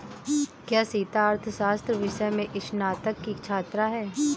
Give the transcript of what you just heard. क्या सीता अर्थशास्त्र विषय में स्नातक की छात्रा है?